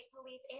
police